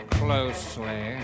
closely